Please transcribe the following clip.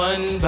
One